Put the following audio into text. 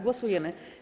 Głosujemy.